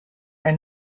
are